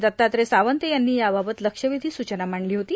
दत्तात्र्य सावंत यांनी यावावत लक्षवेषी सूचना मांडली होती